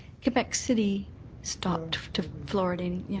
quebec city stopped floridating.